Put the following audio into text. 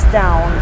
down